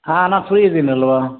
ಹಾಂ ನಾ ಫ್ರೀ ಇದಿನಲ್ಲವಾ